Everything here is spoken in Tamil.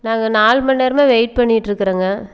நாங்கள் நாலு மணி நேரமாக வெயிட் பண்ணிகிட்டுருக்குறோங்க